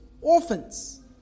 Orphans